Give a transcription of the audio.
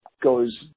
goes